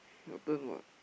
your turn [what]